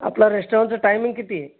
आपल्या रेस्टॉरंटचं टायमिंग किती आहे